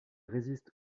résiste